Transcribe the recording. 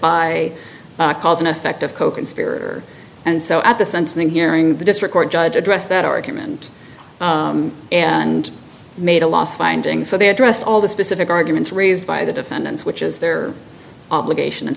by cause and effect of coconspirator and so at the sentencing hearing the district court judge addressed that argument and made a last finding so they addressed all the specific arguments raised by the defendants which is their obligation and